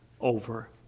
over